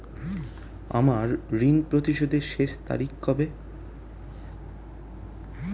আমার ঋণ পরিশোধের শেষ তারিখ কবে?